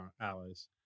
alice